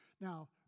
Now